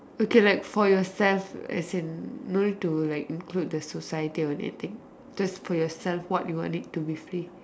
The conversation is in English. okay like for yourself as in don't need to like include the society or anything just for yourself what you want it to be free